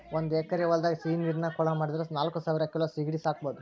ಒಂದ್ ಎಕರೆ ಹೊಲದಾಗ ಸಿಹಿನೇರಿನ ಕೊಳ ಮಾಡಿದ್ರ ನಾಲ್ಕಸಾವಿರ ಕಿಲೋ ಸೇಗಡಿ ಸಾಕಬೋದು